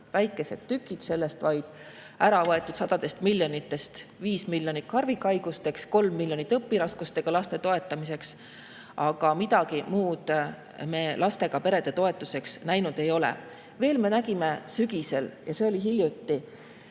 väikesed tükid, [mis on] ära võetud sadadest miljonitest – 5 miljonit harvikhaigusteks, 3 miljonit õpiraskustega laste toetamiseks. Aga midagi muud me lastega perede toetuseks näinud ei ole. Veel, me nägime sügisel – ja see oli hiljuti,